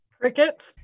Crickets